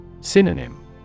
Synonym